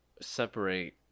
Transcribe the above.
separate